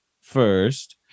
first